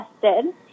tested